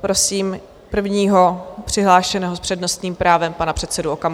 prosím prvního přihlášeného s přednostním právem, pana předsedu Okamuru.